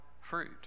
fruit